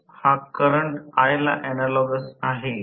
तर हा smaller Rf 3 I12 Rf आहे